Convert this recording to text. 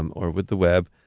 um or with the web,